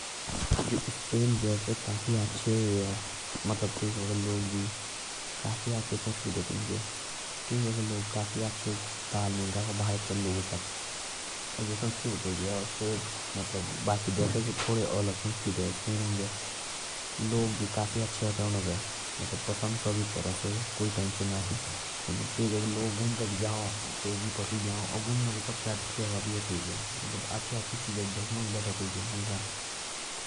स्पेन के भी काफी अच्छा संस्कृति आ। से काफी तालमेल रखा भारत के लोगों साथ। बाकी देशा से अलग संस्कृति आ।